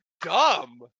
dumb